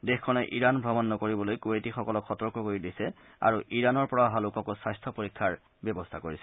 দেশখনে ইৰান ভ্ৰমণ নকৰিবলৈ কুৱেইটীসকলক সতৰ্ক কৰি দিছে আৰু ইৰানৰ পৰা অহা লোককো স্বাস্থ্য পৰীক্ষাৰ ব্যৱস্থা কৰিছে